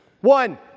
One